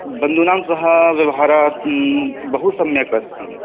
बन्धूनां सह व्यवहारः बहुसम्यक् अस्ति